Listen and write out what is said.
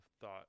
thought